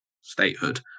statehood